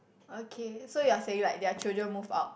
okay so you are saying like their children move out